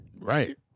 right